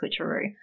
switcheroo